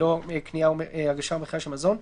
ללא הגשה או מכירה של מזון.